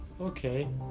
Okay